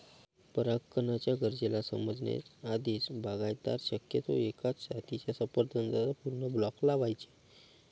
परागकणाच्या गरजेला समजण्या आधीच, बागायतदार शक्यतो एकाच जातीच्या सफरचंदाचा पूर्ण ब्लॉक लावायचे